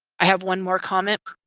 i have one more comment.